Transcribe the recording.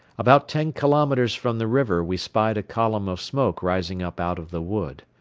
about ten kilometers from the river we spied a column of smoke rising up out of the wood.